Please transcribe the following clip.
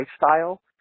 lifestyle